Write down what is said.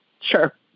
Sure